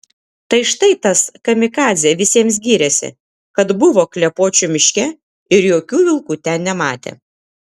tai štai tas kamikadzė visiems gyrėsi kad buvo klepočių miške ir jokių vilkų ten nematė